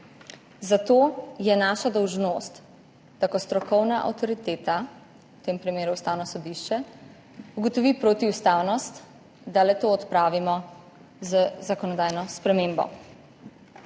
Zato je naša dolžnost, da ko strokovna avtoriteta, v tem primeru Ustavno sodišče, ugotovi protiustavnost, da le to odpravimo z zakonodajno spremembo.